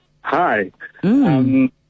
hi